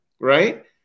right